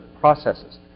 processes